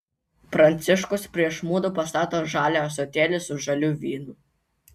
pranciškus prieš mudu pastato žalią ąsotėlį su žaliu vynu